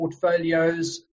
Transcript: portfolios